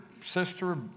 sister